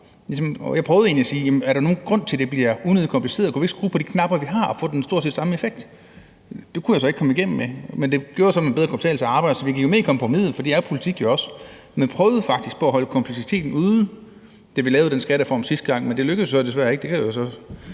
Jeg prøvede også at spørge: Er der nogen grund til, at det bliver unødig kompliceret, og kunne vi ikke skrue på de knapper, vi har, og få stort set den samme effekt? Det kunne jeg så ikke komme igennem med, men det gjorde så, at det bedre kunne betale sig at arbejde. Så vi gik jo med i kompromiset, for sådan er politik jo også. Men vi prøvede faktisk på at holde kompleksiteten ude, da vi lavede den skattereform sidste gang, men det lykkedes jo så desværre ikke. Det er jo